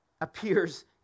appears